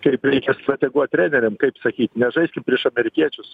kaip reikia strateguot treneriam kaip sakyt nežaiskim prieš amerikiečius